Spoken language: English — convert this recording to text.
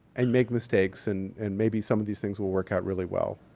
and make mistakes. and and maybe some of these things will work out really well.